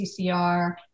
CCR